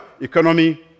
economy